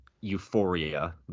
euphoria